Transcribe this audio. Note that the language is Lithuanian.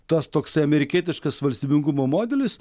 tas toksai amerikietiškas valstybingumo modelis